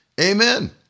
Amen